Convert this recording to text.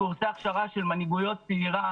קורסי הכשרה של מנהיגות צעירה,